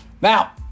Now